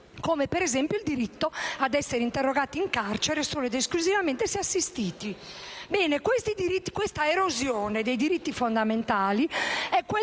come - ad esempio - il diritto ad essere interrogati in carcere solo ed esclusivamente se assistiti.